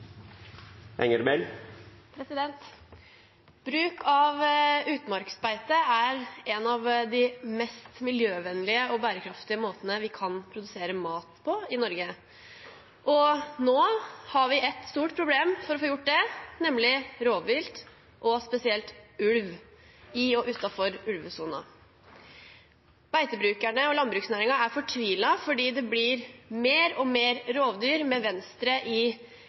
en av de mest miljøvennlige og bærekraftige måtene vi kan produsere mat på i Norge. Nå har vi et stort problem når det gjelder å få gjort det, nemlig rovvilt og spesielt ulv i og utenfor ulvesonen. Beitebrukerne og landbruksnæringen er fortvilet fordi det blir stadig flere rovdyr med Venstre i